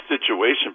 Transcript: situation